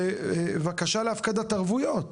בבקשה להפקדת ערבויות?